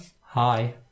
Hi